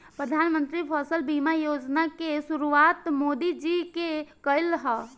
प्रधानमंत्री फसल बीमा योजना के शुरुआत मोदी जी के कईल ह